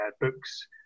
books